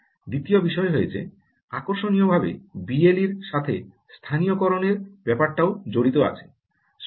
দ্বিতীয় বিষয় হয়েছে আকর্ষণীয়ভাবে বিএলই এর সাথে স্থানীয়করণের ব্যাপারটাও জড়িত আছে